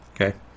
okay